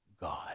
God